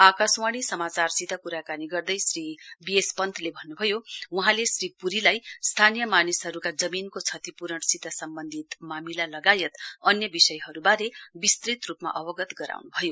आकाशवाणी समाचारसित कुराकानी गर्दै श्री बी एस पन्तले भन्नुभयो वहाँले श्री प्रीलाई स्थानीय मानिसहरूका जमीनको क्षतिप्रणसित सम्वन्धित मामिला लगायत अन्य विषयहरूबारे विस्तृत रूपमा अवगत गराउन् भयो